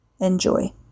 enjoy